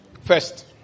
First